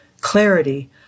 clarity